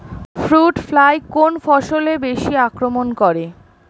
Fruit fly কোন ফসলে বেশি আক্রমন করে?